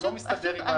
זה לא מסתדר עם המציאות.